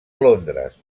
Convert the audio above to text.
londres